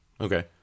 okay